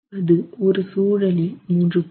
அது ஒரு சூழலில் 3